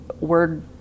word